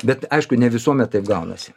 bet aišku ne visuomet taip gaunasi